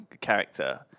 character